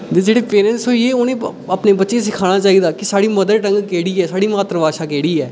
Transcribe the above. ब जेह्ड़े पेरैंट्स होई गे उ'नें अपने बच्चें गी सखाना चाहिदा कि साढ़ी मदर टंग केह्ड़ी ऐ साढ़ी मात्तर भाशा केह्ड़ी ऐ